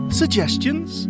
suggestions